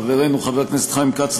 חברנו חבר הכנסת חיים כץ,